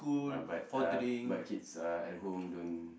uh but uh my kids uh at home don't